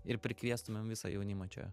ir prikviestumėm visą jaunimą čia